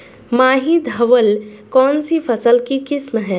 माही धवल कौनसी फसल की किस्म है?